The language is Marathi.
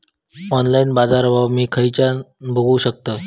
ऑनलाइन बाजारभाव मी खेच्यान बघू शकतय?